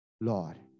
Lord